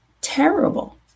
terrible